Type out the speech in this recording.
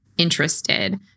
interested